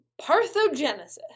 parthogenesis